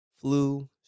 flu